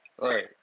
Right